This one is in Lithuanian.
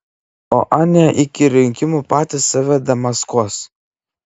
o anie iki rinkimų patys save demaskuos